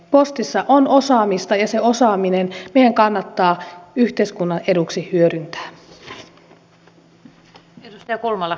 postissa on osaamista ja se osaaminen meidän kannattaa yhteiskunnan eduksi hyödyntää